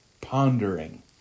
pondering